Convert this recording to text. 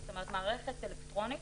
זאת אומרת מערכת אלקטרונית